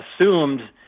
assumed –